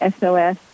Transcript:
SOS